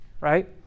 right